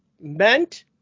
meant